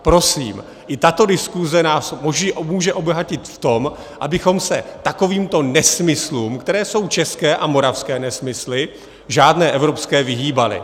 Prosím, i tato diskuze nás může obohatit v tom, abychom se takovýmto nesmyslům které jsou české a moravské nesmysly, žádné evropské vyhýbali.